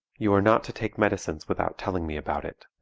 you are not to take medicines without telling me about it.